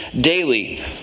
daily